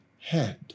head